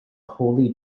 holy